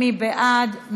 מי בעד?